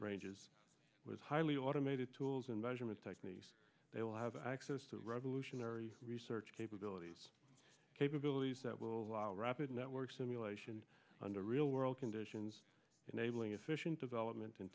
ranges was highly automated tools and measurement techniques they will have access to revolutionary research capabilities capabilities that will allow rapid network simulation under real world conditions enabling efficient development and